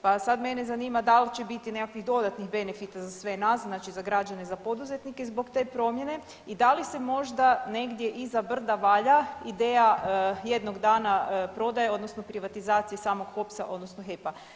Pa sad mene zanima da li će biti nekakvih dodatnih benefita za sve nas, znači za građane, za poduzetnike zbog te promjene i da li se možda negdje iza brda valja ideja jednog dana prodaje odnosno privatizacije samog HOPS-a odnosno HEP-a?